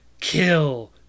Kill